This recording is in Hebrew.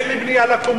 אין לנו בנייה על קומות,